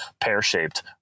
pear-shaped